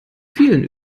vielen